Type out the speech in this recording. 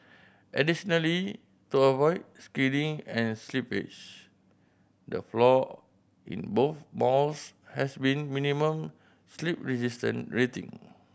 additionally to avoid skidding and slippage the floor in both malls has been minimum slip resistance rating